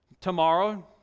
Tomorrow